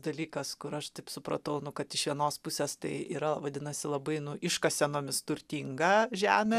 dalykas kur aš taip supratau kad iš vienos pusės tai yra vadinasi labai nu iškasenomis turtinga žemė